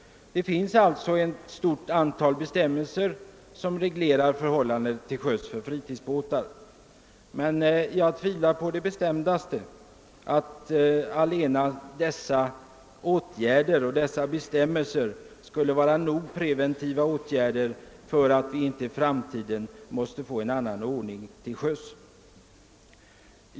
Det finns sålunda ett stort antal bestämmelser som reglerar fritidsbåtarnas framfart på sjön. Jag tvivlar emellertid starkt på att dessa bestämmelser ensamma utgör ett tillräck ligt starkt preventiv. Vi måste helt säkert i framtiden få en annan ordning till sjöss.